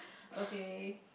okay